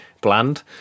bland